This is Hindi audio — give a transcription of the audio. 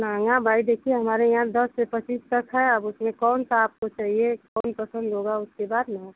महँगा भाई देखिए हमारे यहाँ दस से पच्चीस तक है अब उसमें कौन सा आपको चाहिए कौन पसंद होगा उसके बाद ना